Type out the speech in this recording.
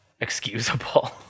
excusable